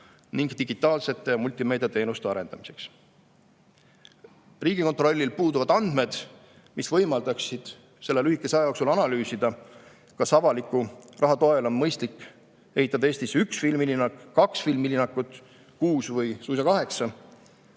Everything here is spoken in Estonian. ning digitaalsete multimeediateenuste arendamiseks. Riigikontrollil puuduvad andmed, mis võimaldaksid selle lühikese aja jooksul analüüsida, kas avaliku raha toel on mõistlik ehitada Eestis üks filmilinnak, kaks filmilinnakut, kuus või suisa kaheksa.